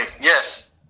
yes